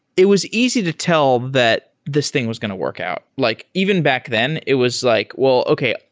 it was easy to tell that this thing was going to work out. like even back then, it was like, well, okay.